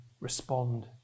respond